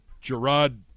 Gerard